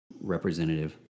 representative